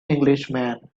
englishman